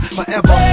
Forever